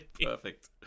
perfect